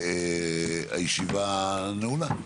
הישיבה נעולה.